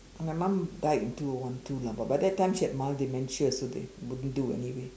my mom died in two O one two lah but by that time she had mild dementia so they wouldn't do anyway